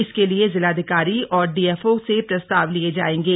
इसके लिए जिलाधिकारी और डीएफओ से प्रस्ताव लिए जाएंगे